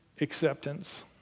acceptance